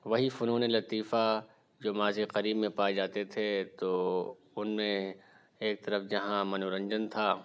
وہی فنون لطیفہ جو ماضی قریب میں پائے جاتے تھے تو ان میں ایک طرف جہاں منورنجن تھا